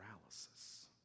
paralysis